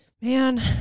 Man